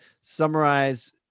summarize